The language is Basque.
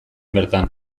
bertan